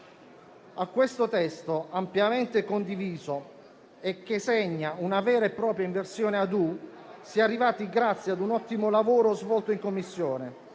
A questo testo, ampiamente condiviso e che segna una vera e propria inversione a "U", si è arrivati grazie ad un ottimo lavoro svolto in Commissione,